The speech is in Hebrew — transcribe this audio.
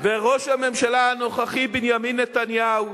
וראש הממשלה הנוכחי בנימין נתניהו,